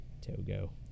Togo